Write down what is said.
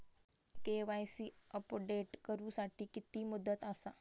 KYC update करू साठी किती मुदत आसा?